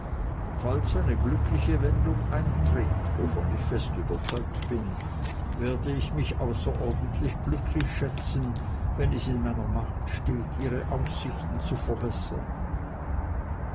falls eine glückliche wendung eintritt wovon ich fest überzeugt bin werde ich mich außerordentlich glücklich schätzen wenn es in meiner macht steht ihre aussichten zu verbessern